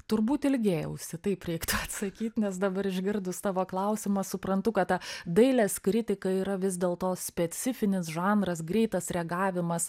turbūt ilgėjausi taip reiktų atsakyt nes dabar išgirdus tavo klausimą suprantu kad ta dailės kritika yra vis dėl to specifinis žanras greitas reagavimas